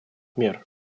мер